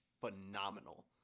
phenomenal